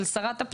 אני מבינה.